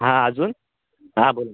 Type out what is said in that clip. हां अजून हां बोला